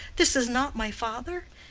this is not my father?